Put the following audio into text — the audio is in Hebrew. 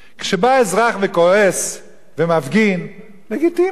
כשבא אזרח וכועס ומפגין, לגיטימי,